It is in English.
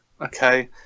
Okay